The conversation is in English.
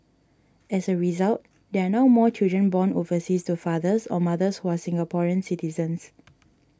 as a result there are now more children born overseas to fathers or mothers who are Singaporean citizens